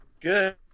Good